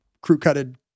crew-cutted